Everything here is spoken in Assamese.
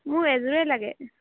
মোৰ এযোৰেই লাগে